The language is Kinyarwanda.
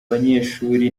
banyeshuri